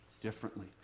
differently